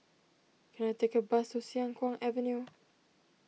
can I take a bus to Siang Kuang Avenue